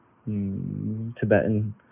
Tibetan